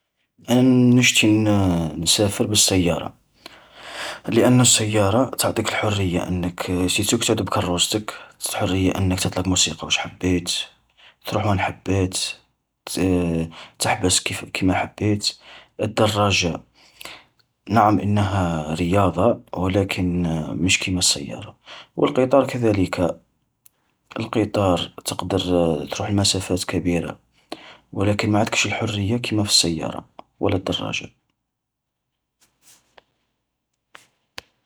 ﻿أنا نشتني ن-نسافر بالسيارة. لأن السيارة تعطيك الحرية أنك سيرتو تعود بكروستك، ت-الحرية أنك تطلق موسيقى وش حبيت، تروح وان حبيت، ت-تحبس كيف كيما حبيت. الدراجة نعم إنها رياضة لكن مش كيما السيارة. القطار كذلك، القطار تقدر تروح لمسافات كبيرة، ولكن ما عدكش الحرية كيما في السيارة ولا الدراجة.